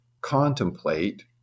contemplate